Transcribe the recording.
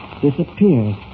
Disappeared